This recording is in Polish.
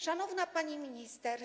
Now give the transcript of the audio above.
Szanowna Pani Minister!